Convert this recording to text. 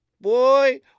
Boy